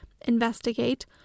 Investigate